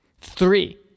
Three